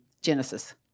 Genesis